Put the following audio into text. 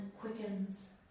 quickens